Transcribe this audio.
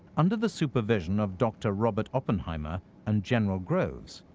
under the supervision of dr. robert oppenheimer and general groves,